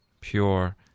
pure